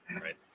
Right